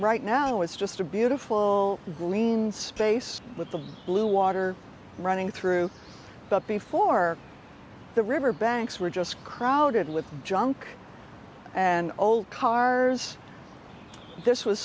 right now it was just a beautiful green space with the blue water running through but before the river banks were just crowded with junk and old cars this was